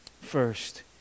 first